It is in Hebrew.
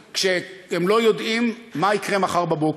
כשהם לא יודעים מה יקרה מחר בבוקר.